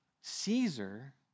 Caesar